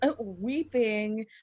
weeping